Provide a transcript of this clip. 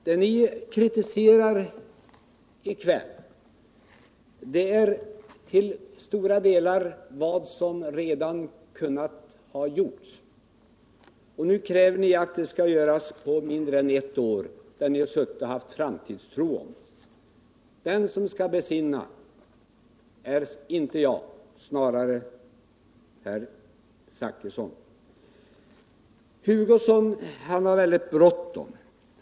Det som ni kritiserar i kväll är till stora delar vad som redan kunde ha gjorts. Och nu kräver ni att det på mindre än ett år skall göras vad ni har suttit så länge och haft framtidstro om! Den som skall besinna sig är inte jag utan snarare herr Zachrisson. Sedan har Kurt Hugosson väldigt bråttom.